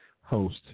host